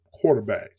quarterback